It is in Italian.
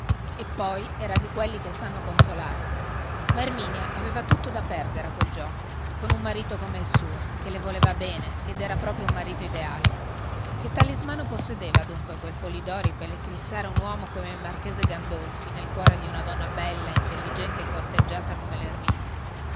oramai eppoi era di quelli che sanno consolarsi ma erminia aveva tutto da perdere a quel giuoco con un marito come il suo che le voleva bene ed era proprio un marito ideale che talismano possedeva dunque quel polidori per eclissare un uomo come il marchese gandolfi nel cuore di una donna bella intelligente e corteggiata come lerminia